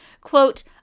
quote